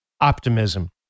optimism